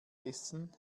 essen